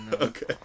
Okay